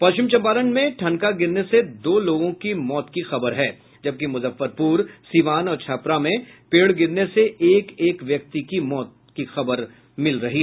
पश्चिम चंपारण में ठनका से दो लोगों के मौत की खबर है जबकि मुजफ्फरपुर सीवान और छपरा में पेड़ गिरने से एक एक व्यक्ति की मौत हो गयी